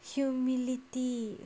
humility